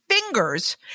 fingers